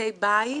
למרותקי בית,